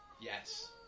Yes